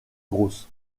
grosses